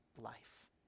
life